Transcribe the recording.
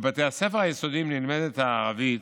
בבתי הספר היסודיים נלמדת הערבית